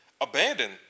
abandon